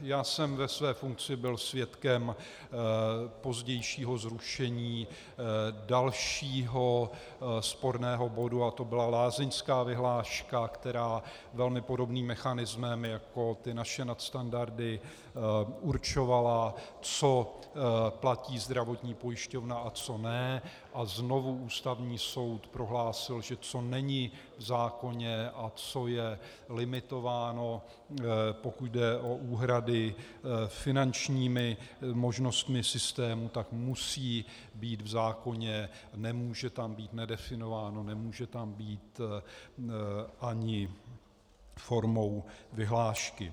Já jsem ve své funkci byl svědkem pozdějšího zrušení dalšího sporného bodu a to byla lázeňská vyhláška, která velmi podobným mechanismem jako ty naše nadstandardy určovala, co platí zdravotní pojišťovna a co ne, a znovu Ústavní soud prohlásil, že co není v zákoně a co je limitováno, pokud jde o úhrady, finančními možnostmi systému, tak musí být v zákoně, nemůže tam být nedefinováno, nemůže tam být ani formou vyhlášky.